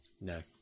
no